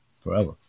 forever